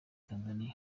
tanzaniya